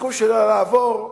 הסיכוי שלה לעבור אפסי.